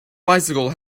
bicycle